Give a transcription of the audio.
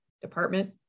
Department